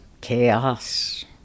chaos